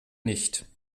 nicht